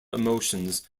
emotions